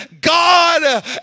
God